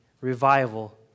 Revival